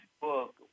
book